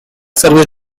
service